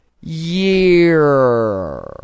year